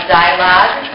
dialogue